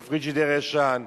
או פריג'ידר ישן,